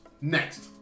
Next